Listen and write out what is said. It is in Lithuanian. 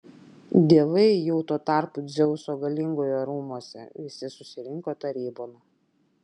dievai jau tuo tarpu dzeuso galingojo rūmuose visi susirinko tarybon